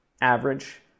Average